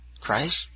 Christ